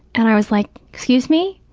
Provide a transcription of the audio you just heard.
and i was like, excuse me?